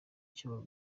icyo